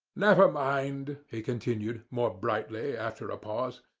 never mind, he continued, more brightly, after a pause.